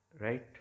Right